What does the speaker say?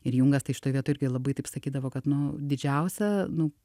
ir jungas tai šitoj vietoj irgi labai taip sakydavo kad nu didžiausia nu